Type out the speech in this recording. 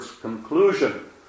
conclusion